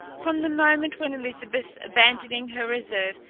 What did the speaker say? from the moment when elizabeth, abandoning her reserve,